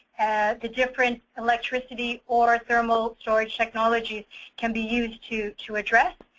the different electricity or thermal storage technologies can be used to to address.